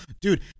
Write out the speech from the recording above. Dude